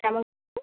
যেমন